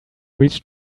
reached